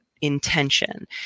intention